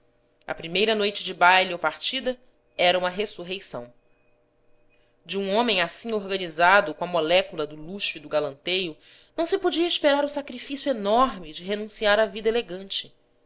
a primeira noite de baile ou partida era uma ressurreição de um homem assim organizado com a molécula do luxo e do galanteio não se podia esperar o sacrifício enorme de renunciar à vida elegante